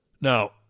Now